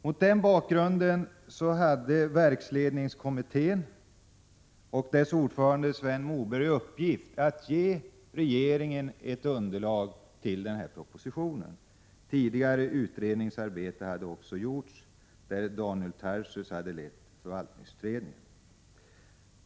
Mot denna bakgrund hade verksledningskommittén och dess ordförande Sven Moberg i uppgift att ge regeringen ett underlag till den här propositionen. Tidigare utredningsarbete hade också gjorts; Daniel Tarschys hade lett förvaltningsutredningen.